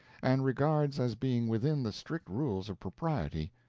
and regards as being within the strict rules of propriety,